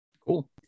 Cool